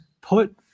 put